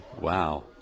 Wow